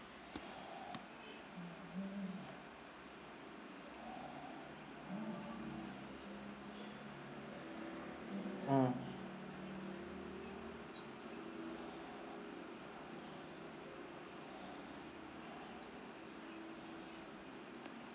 mm